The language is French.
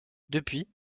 depuis